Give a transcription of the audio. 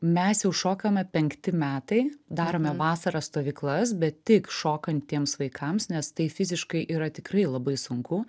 mes jau šokame penkti metai darome vasarą stovyklas bet tik šokantiems vaikams nes tai fiziškai yra tikrai labai sunku